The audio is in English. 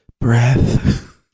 Breath